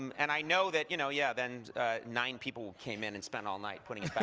and i know that you know yeah then nine people came in and spent all night putting it back,